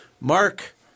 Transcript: Mark